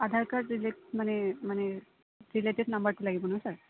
আধাৰ card ৰিলেট মানে মানে ৰিলেটেভ নাম্বাৰটো লাগিব ন ছাৰ